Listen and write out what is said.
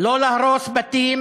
לא להרוס בתים